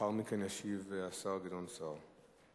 לאחר מכן ישיב השר גדעון סער.